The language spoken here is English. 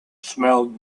smelled